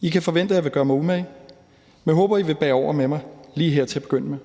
I kan forvente, at jeg vil gøre mig umage, men jeg håber, I vil bære over med mig lige her til at begynde med.